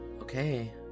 Okay